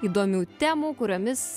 įdomių temų kuriomis